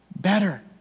better